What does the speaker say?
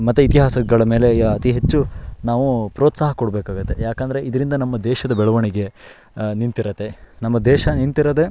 ಮತ್ತು ಇತಿಹಾಸಗಳ ಮೇಲೆ ಅತಿ ಹೆಚ್ಚು ನಾವು ಪ್ರೋತ್ಸಾಹ ಕೊಡಬೇಕಾಗುತ್ತೆ ಯಾಕೆಂದರೆ ಇದರಿಂದ ನಮ್ಮ ದೇಶದ ಬೆಳವಣಿಗೆ ನಿಂತಿರುತ್ತೆ ನಮ್ಮ ದೇಶ ನಿಂತಿರೋದೇ